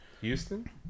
Houston